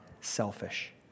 selfish